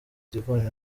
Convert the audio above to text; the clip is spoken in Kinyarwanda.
d’ivoire